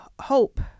hope